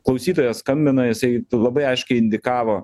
klausytojas skambina jisai labai aiškiai indikavo